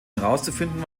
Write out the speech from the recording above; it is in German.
herauszufinden